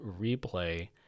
replay